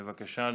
בבקשה.